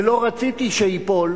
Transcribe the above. ולא רציתי שייפול,